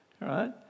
Right